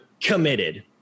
committed